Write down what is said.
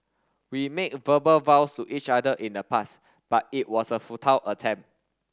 we made verbal vows to each other in the past but it was a futile attempt